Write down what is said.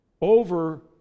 over